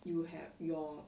you'll have your